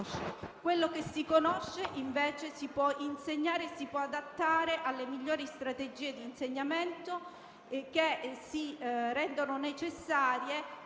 Quello che si conosce, invece, si può insegnare e si può adattare alle migliori strategie di insegnamento che si rendono necessarie